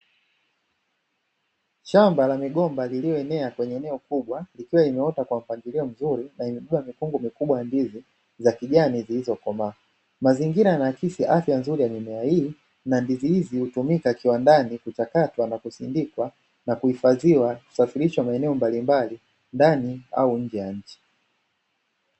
Shamba la migomba lililoenea kwenye eneo kubwa, ikiwa imeota kwa mpangilio mzuri na imebeba mikungu mikubwa ya ndizi za kijani zilizokomaa. Mazingira yanaakisi afya nzuri ya mimea, na ndizi hizi hutumika kama kiwadani kuchakatwa na kusindikwa na kuhifadhiwa, kusafirishwa maeneo mbalimbali ndani au nje ya nchi.